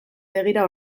begira